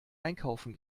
einkaufen